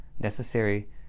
necessary